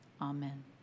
Amen